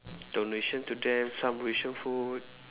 donation to them some ration food